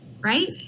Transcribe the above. right